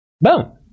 Boom